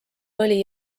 oli